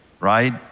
right